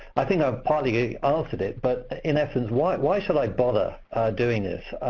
i think i've partly answered it, but in essence, why why should i bother doing this